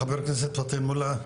חבר הכנסת פטין מולא,